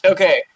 Okay